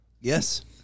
Yes